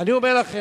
אני אומר לכם,